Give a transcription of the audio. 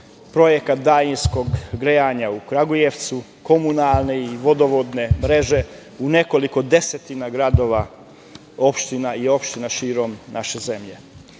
projekat daljinskog grejanja u Kragujevcu, komunalne i vodovodne mreže u nekoliko desetina gradova i opština širom naše zemlje. Isto